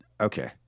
okay